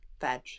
Veg